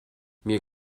mir